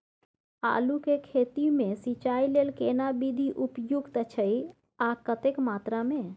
आलू के खेती मे सिंचाई लेल केना विधी उपयुक्त अछि आ कतेक मात्रा मे?